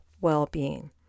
well-being